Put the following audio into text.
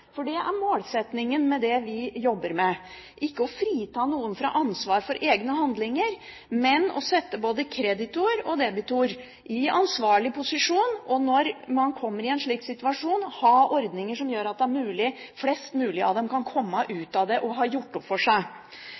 Det er målsettingen med det vi jobber med – ikke å frita noen for ansvar for egne handlinger, men å sette både kreditor og debitor i ansvarlig posisjon, og når man kommer i en slik situasjon, ha ordninger som gjør at flest mulig av dem kan komme ut av det og gjøre opp for seg.